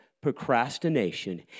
procrastination